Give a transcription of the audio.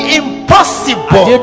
impossible